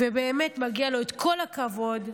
ובאמת מגיע לו כל הכבוד,